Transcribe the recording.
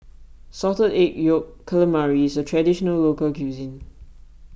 Salted Egg Yolk Calamari is a Traditional Local Cuisine